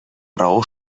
raó